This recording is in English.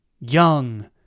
young